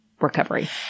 recovery